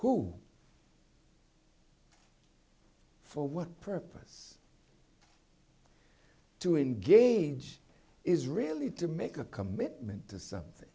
who for what purpose to engage is really to make a commitment to something